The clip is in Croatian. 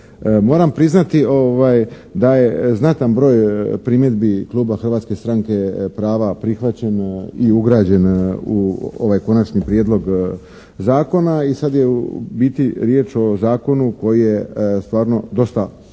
Moram priznati da je znatan broj primjedbi Kluba Hrvatske stranke prava prihvaćen i ugrađen u ovaj Konačni prijedlog Zakona i sad je u biti riječ o Zakonu koji je stvarno dosta